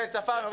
כן, ספרנו.